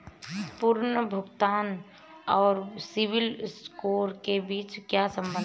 पुनर्भुगतान और सिबिल स्कोर के बीच क्या संबंध है?